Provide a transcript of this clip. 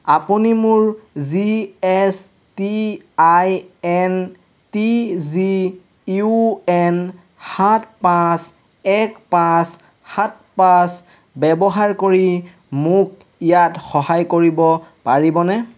আপুনি মোৰ G S T I N T G U N সাত পাঁচ এক পাঁচ সাত পাঁচ ব্যৱহাৰ কৰি মোক ইয়াত সহায় কৰিব পাৰিবনে